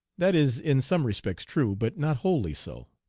that is in some respects true, but not wholly so.